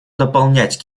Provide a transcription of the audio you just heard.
дополнять